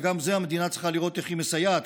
וגם בזה המדינה צריכה לראות איך היא מסייעת.